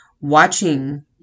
watching